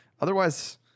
Otherwise